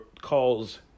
calls